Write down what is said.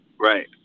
Right